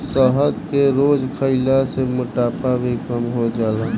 शहद के रोज खइला से मोटापा भी कम हो जाला